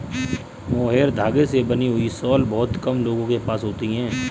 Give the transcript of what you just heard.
mohair धागे से बनी हुई शॉल बहुत कम लोगों के पास होती है